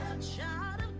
shot